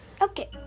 Okay